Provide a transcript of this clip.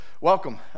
welcome